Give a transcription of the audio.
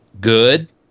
good